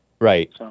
Right